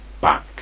back